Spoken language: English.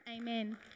Amen